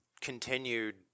continued